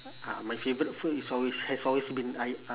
ah my favourite food is always has always been I uh